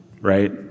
right